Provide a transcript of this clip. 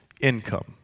income